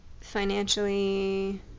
financially